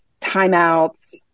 timeouts